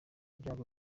ibyago